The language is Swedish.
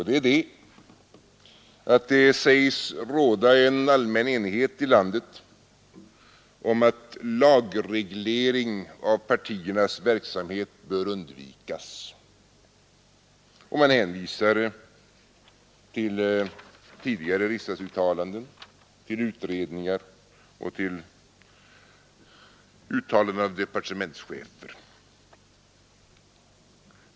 Det sägs råda en allmän enighet i landet om att lagreglering av partiernas verksamhet bör undvikas. Man hänvisar till tidigare riksdagsuttalanden, till utredningar och till uttalanden av departementschefer.